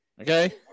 Okay